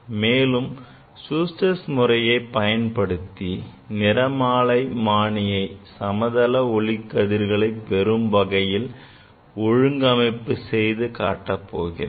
மேலும் நான் Schuster's முறையை பயன்படுத்தி நிறமாலைமானியை சமதள ஒளிக்கதிர்களை பெரும் வண்ணம் ஒழுங்கமைப்பு செய்து காட்டப் போகிறேன்